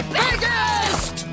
biggest